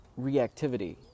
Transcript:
reactivity